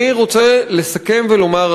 אני רוצה לסכם ולומר,